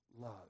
love